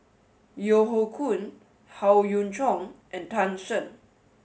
Yeo Hoe Koon Howe Yoon Chong and Tan Shen